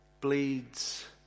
bleeds